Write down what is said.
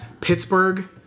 Pittsburgh